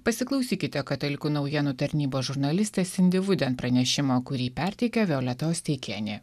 pasiklausykite katalikų naujienų tarnybos žurnalistės indi vuden pranešimo kurį perteikė violeta osteikienė